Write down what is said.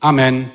Amen